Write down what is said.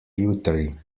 jutri